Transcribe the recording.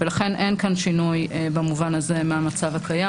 לכן אין כאן שינוי במובן הזה מהמצב הקיים.